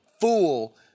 fool